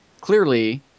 clearly